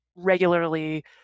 regularly